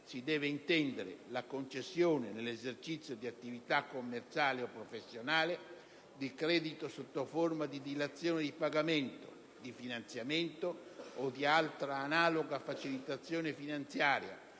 si deve intendere «la concessione, nell'esercizio di un'attività commerciale o professionale, di credito sotto forma di dilazione di pagamento, di finanziamento o di altra analoga facilitazione finanziaria